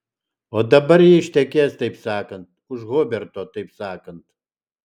o dabar ji ištekės taip sakant už huberto taip sakant